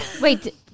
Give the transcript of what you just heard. Wait